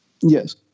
Yes